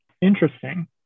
Interesting